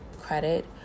credit